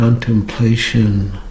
Contemplation